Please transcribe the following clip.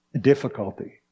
difficulty